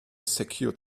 secure